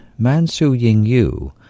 mansuyingyu